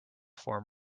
form